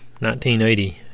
1980